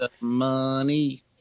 money